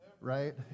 Right